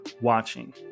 watching